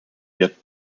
yet